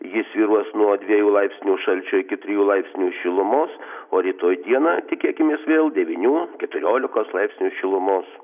ji svyruos nuo dviejų laipsnių šalčio iki trijų laipsnių šilumos o rytoj dieną tikėkimės vėl devynių keturiolikos laipsnių šilumos